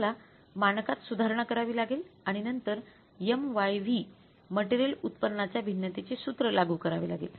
आपल्याला मानकात सुधारणा करावी लागेल आणि नंतर मटेरियल उत्पन्नाच्या भिन्नतेचे सूत्र लागू करावे लागेल